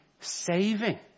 saving